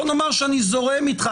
בוא נאמר שאני זורם איתך,